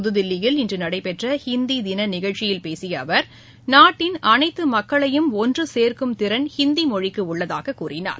புதுதில்லியில் இன்று நடைபெற்ற ஹிந்தி தின நிகழ்ச்சியில் பேசிய அவர் நாட்டின் அனைத்து மக்களையும் ஒன்று சேர்க்கும் திறன் ஹிந்தி மொழிக்கு உள்ளதாக கூறினார்